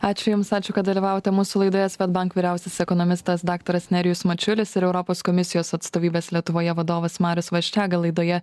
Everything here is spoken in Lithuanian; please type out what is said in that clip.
ačiū jums ačiū kad dalyvavote mūsų laidoje svedbank vyriausias ekonomistas daktaras nerijus mačiulis ir europos komisijos atstovybės lietuvoje vadovas marius vasčiaga laidoje